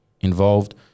involved